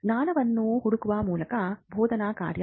ಜ್ಞಾನವನ್ನು ಹರಡುವ ಮೂಲಕ ಬೋಧನಾ ಕಾರ್ಯ